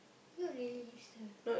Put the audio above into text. no really is the